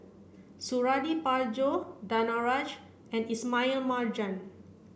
Suradi Parjo Danaraj and Ismail Marjan